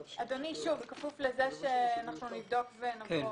אדוני, שוב, בכפוף לזה שנבדוק, נבוא